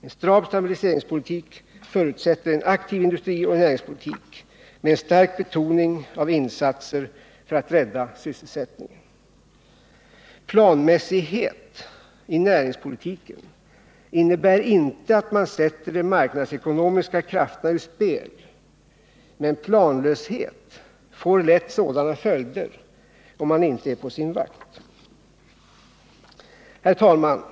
En stram stabiliseringspolitik förutsätter en aktiv 63 industripolitik med en stark betoning av insatser för att rädda sysselsättningen. Planmässighet i näringspolitiken innebär inte att man sätter de marknadsekonomiska krafterna ur spel, men planlöshet får lätt sådana följer, om man inte är på sin vakt. Herr talman!